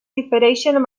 difereixen